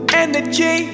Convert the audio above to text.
energy